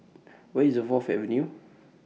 Where IS The Fourth Avenue